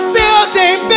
building